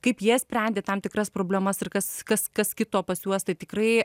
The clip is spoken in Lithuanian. kaip jie sprendė tam tikras problemas ir kas kas kas kito pas juos tai tikrai